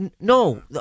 No